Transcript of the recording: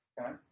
Okay